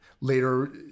later